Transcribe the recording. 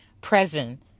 present